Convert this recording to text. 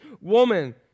Woman